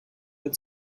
den